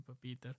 Peter